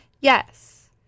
Yes